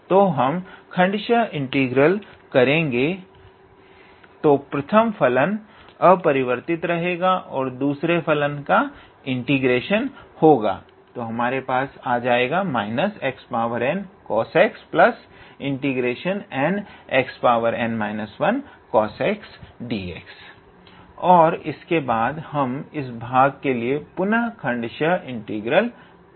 तो हम खण्ड्शह इंटीग्रल करेंगे तो प्रथम फलन अपरिवर्तित रहेगा और दूसरे फलन का इंटीग्रेशन होगा −𝑥𝑛𝑐𝑜𝑠𝑥∫𝑛𝑥𝑛−1𝑐𝑜𝑠𝑥𝑑𝑥 और इसके बाद हम इस भाग के लिए पुनः खण्ड्शह इंटीग्रल करेंगे